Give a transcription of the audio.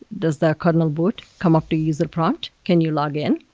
does the kernel boot? come up to user prompt? can you log in?